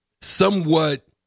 somewhat